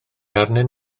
arnyn